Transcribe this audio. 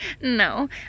No